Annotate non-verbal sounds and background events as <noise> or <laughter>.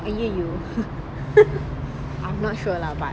aiyer yer <laughs> I'm not sure lah but